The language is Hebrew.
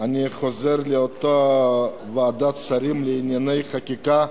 אני חוזר לאותה ועדת שרים לענייני חקיקה.